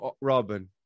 Robin